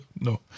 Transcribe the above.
no